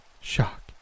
Shock